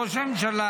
ראש הממשלה,